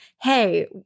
hey